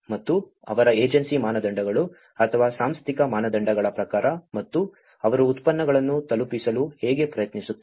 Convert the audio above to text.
ಮತ್ತು ಅವರ ಏಜೆನ್ಸಿ ಮಾನದಂಡಗಳು ಅಥವಾ ಸಾಂಸ್ಥಿಕ ಮಾನದಂಡಗಳ ಪ್ರಕಾರ ಮತ್ತು ಅವರು ಉತ್ಪನ್ನಗಳನ್ನು ತಲುಪಿಸಲು ಹೇಗೆ ಪ್ರಯತ್ನಿಸುತ್ತಾರೆ